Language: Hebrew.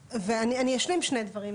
אשלים שני דברים.